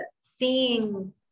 seeing